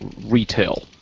retail